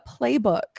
playbook